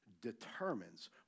determines